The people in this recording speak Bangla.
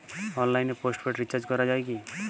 অনলাইনে পোস্টপেড রির্চাজ করা যায় কি?